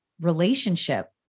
relationship